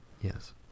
yes